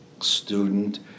student